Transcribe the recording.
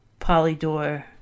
Polydor